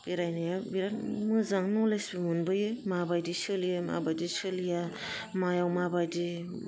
बेरायनाया बिराद मोजां नलेजबो मोनबोयो माबायदि सोलियो माबायदि सोलिया मायाव माबायदि